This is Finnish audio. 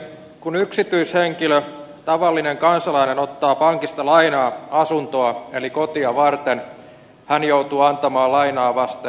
kun yksityishenkilö tavallinen kansalainen ottaa pankista lainaa asuntoa eli kotia varten hän joutuu antamaan lainaa vasten vakuudet